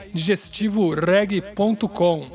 digestivoreg.com